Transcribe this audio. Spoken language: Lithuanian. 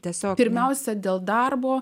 tiesiog pirmiausia dėl darbo